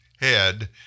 head